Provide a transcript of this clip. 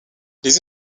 les